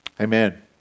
Amen